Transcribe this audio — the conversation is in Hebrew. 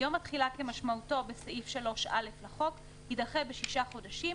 1. יום התחילה כמשמעותו בסעיף 3(א) לחוק יידחה בשישה חודשים,